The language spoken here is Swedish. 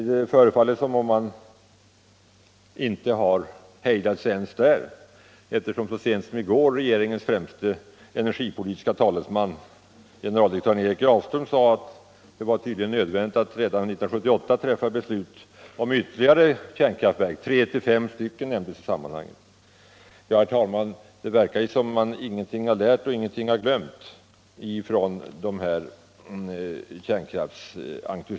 Det förefaller som om man inte har hejdat sig ens där, eftersom så sent som i går regeringens främste energipolitiske talesman, generaldirektör Erik Grafström, sade att det tydligen var nödvändigt att redan 1978 träffa beslut om ytterligare kärnkraftverk — tre till fem stycken nämndes i det sammanhanget. Det verkar, herr talman, som om de här kärnkraftsentusiasterna ingenting har lärt och ingenting har glömt.